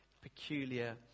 peculiar